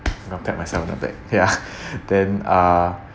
now pat myself on the back ya then uh